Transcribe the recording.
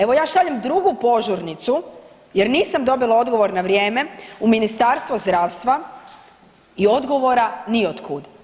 Evo ja šaljem drugu požurnicu, jer nisam dobila odgovor na vrijeme u Ministarstvo zdravstva i odgovora ni od kud.